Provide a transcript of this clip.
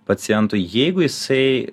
pacientui jeigu jisai